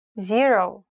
zero